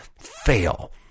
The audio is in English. fail